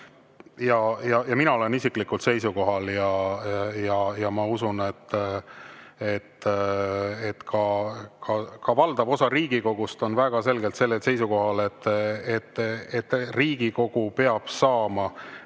Mina olen isiklikult seisukohal ja ma usun, et ka valdav osa Riigikogust on väga selgelt sellel seisukohal, et Riigikogu peab saama